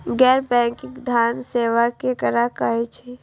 गैर बैंकिंग धान सेवा केकरा कहे छे?